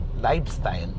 lifestyle